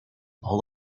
all